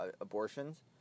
abortions